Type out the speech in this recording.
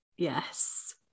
Yes